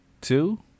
Two